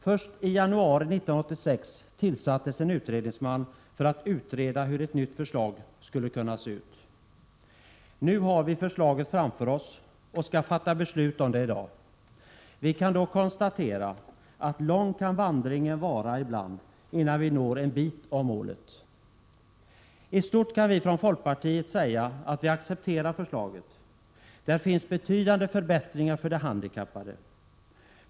Först i januari 1986 tillsattes en utredningsman för att utreda hur ett nytt förslag skulle kunna se ut. Nu har vi förslaget framför oss och skall fatta beslut om det i dag. Vi kan då konstatera att lång kan vandringen vara ibland, innan vi når en bit av målet. I stort kan vi från folkpartiet säga att vi accepterar förslaget. Där finns betydande förbättringar för de handikappade.